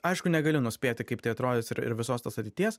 aišku negaliu nuspėti kaip tai atrodys ir ir visos tos ateities